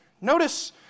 Notice